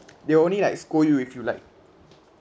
they only like scold you if you like